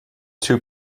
two